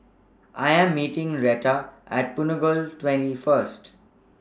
I Am meeting Reta At Punggol twenty First